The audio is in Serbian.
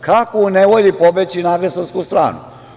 Kako u nevolji pobeći na agresorsku stranu?